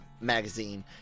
magazine